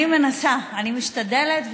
אני מנסה, אני משתדלת.